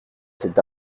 cette